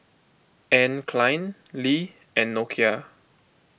Anne Klein Lee and Nokia